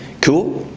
cool?